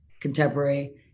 contemporary